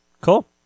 Cool